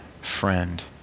friend